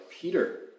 Peter